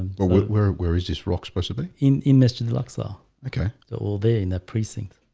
but were where is just rocks possibly in emissions luxor? okay all day in that precinct.